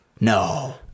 No